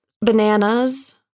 bananas